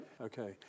Okay